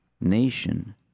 nation